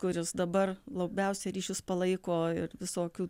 kuris dabar labiausiai ryšius palaiko ir visokių